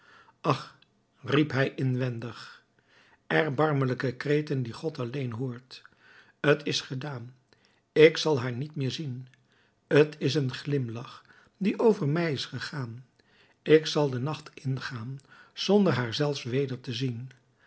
ach riep hij inwendig erbarmelijke kreten die god alleen hoort t is gedaan ik zal haar niet meer zien t is een glimlach die over mij is gegaan ik zal den nacht ingaan zonder haar zelfs weder te zien